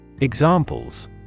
Examples